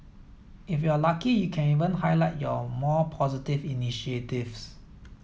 if you are lucky you can even highlight your more positive initiatives